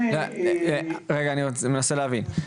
אני מנסה להבין,